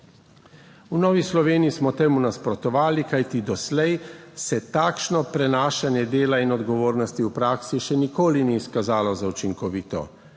V Novi Sloveniji smo temu nasprotovali, kajti doslej se takšno prenašanje dela in odgovornosti v praksi še nikoli ni izkazalo za učinkovito